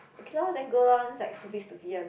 okay lor then go lor then it's like stupid stupid one